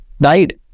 died